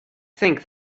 think